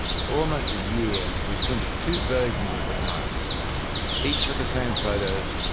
for almost a year, we printed two versions of the times each with the same photos,